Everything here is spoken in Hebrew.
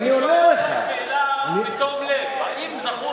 אני שואל אותך שאלה בתום לב: האם זכור